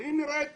היא נראית טכנית,